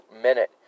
minute